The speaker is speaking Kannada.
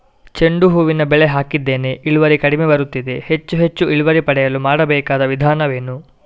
ಚೆಂಡು ಹೂವಿನ ಬೆಳೆ ಹಾಕಿದ್ದೇನೆ, ಇಳುವರಿ ಕಡಿಮೆ ಬರುತ್ತಿದೆ, ಹೆಚ್ಚು ಹೆಚ್ಚು ಇಳುವರಿ ಪಡೆಯಲು ಮಾಡಬೇಕಾದ ವಿಧಾನವೇನು?